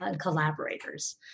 collaborators